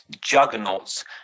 juggernauts